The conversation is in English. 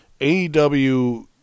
AEW